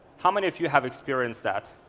how many of you have experienced that?